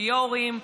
ויו"רים,